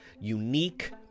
unique